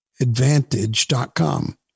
advantage.com